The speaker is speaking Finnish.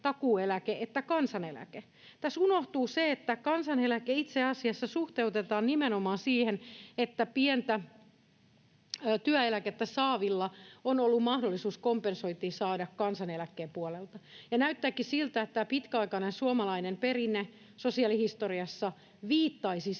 että kansaneläke. Tässä unohtuu se, että kansaneläke itse asiassa suhteutetaan nimenomaan siihen, että pientä työeläkettä saavilla on ollut mahdollisuus saada kompensointia kansaneläkkeen puolelta. Näyttääkin siltä, että tämä pitkäaikainen suomalainen perinne sosiaalihistoriassa viittaisi